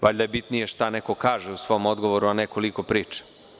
Valjda je bitnije šta neko kaže u svom odgovoru, a ne koliko priča.